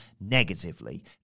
negatively